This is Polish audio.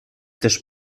też